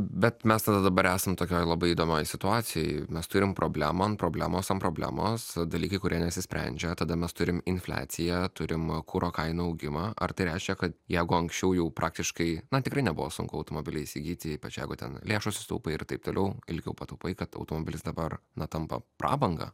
bet mes tada dabar esam tokioj labai įdomioj situacijoj mes turim problemą an problemos an problemos dalykai kurie nesisprendžia tada mes turim infliaciją turim kuro kainų augimą ar tai reiškia kad jeigu anksčiau jau praktiškai na tikrai nebuvo sunku automobilį įsigyti ypač jeigu ten lėšų susitaupai ir taip toliau ilgiau pataupai kad automobilis dabar na tampa prabanga